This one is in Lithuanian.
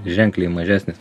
ženkliai mažesnis